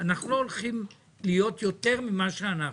אנחנו לא הולכים להיות יותר ממה שאנחנו,